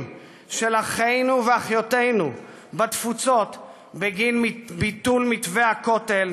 של אחינו ואחיותינו בתפוצות בגין ביטול מתווה הכותל,